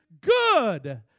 good